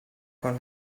con